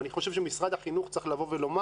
אני חושב שמשרד החינוך צריך לומר: